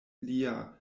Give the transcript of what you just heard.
lia